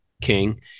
King